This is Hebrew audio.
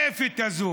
הכיפית הזאת,